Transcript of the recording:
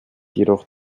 jedoch